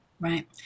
Right